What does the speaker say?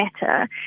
better